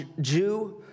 Jew